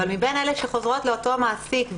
אבל מבין אלה שחוזרות לאותו מעסיק,